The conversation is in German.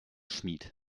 schmied